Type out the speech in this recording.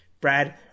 Brad